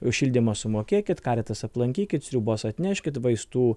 už šildymą sumokėkit kartais aplankykit sriubos atneškit vaistų